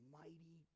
mighty